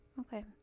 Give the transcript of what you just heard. Okay